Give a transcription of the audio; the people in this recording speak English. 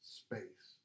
space